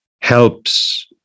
helps